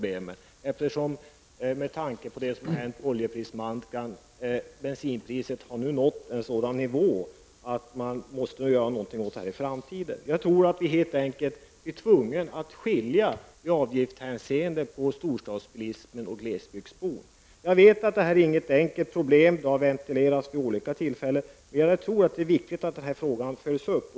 Bensinpriset har nu, på grund av det som har skett på oljemarknaden, nått en sådan nivå att det nog blir nödvändigt att göra något i framtiden. Jag tror att vi i avgiftshänseende helt enkelt blir tvungna att skilja mellan storstadsbilisten och glesbygdsbon. Jag vet att detta inte är något enkelt problem. Det har ventilerats vid olika tillfällen, och jag tror att det är viktigt att frågan följs upp.